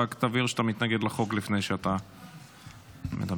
רק תבהיר שאתה מתנגד לחוק לפני שאתה מדבר.